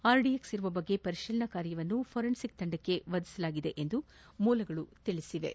RDX ಇರುವ ಬಗ್ಗೆ ಪರಿಶೀಲನ ಕಾರ್ಯವನ್ನು ಫೊರೆನ್ಸಿಕ್ ತಂಡಕ್ಕೆ ವಹಿಸಲಾಗಿದೆ ಎಂದು ಮೂಲಗಳು ತಿಳಿಸಿವೆ